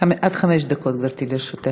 עד חמש דקות, גברתי, לרשותך.